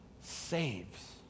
saves